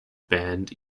band